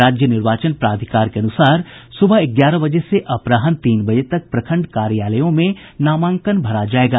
राज्य निर्वाचन प्राधिकार के अनुसार सुबह ग्यारह बजे से अपराहन तीन बजे तक प्रखंड कार्यालयों में नामांकन भरा जायेगा